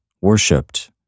worshipped